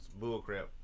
bullcrap